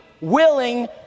willing